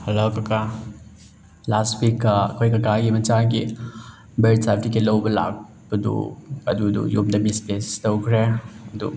hello ꯀꯀꯥ ꯂꯥꯁ ꯄꯤꯛ ꯑꯩꯈꯣꯏ ꯀꯀꯥꯒꯤ ꯃꯆꯥꯒꯤ ꯕꯥꯔꯠ ꯁꯥꯔꯇꯤꯐꯤꯀꯦꯠ ꯂꯧꯕ ꯂꯥꯛꯄꯗꯨ ꯑꯗꯨꯗꯣ ꯌꯨꯝꯗ ꯃꯤꯁꯄ꯭ꯂꯦꯁ ꯇꯧꯈ꯭ꯔꯦ ꯑꯗꯨ